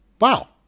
wow